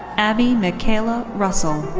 abby micaela russell.